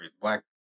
black